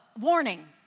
warning